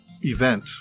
event